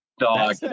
dog